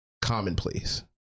commonplace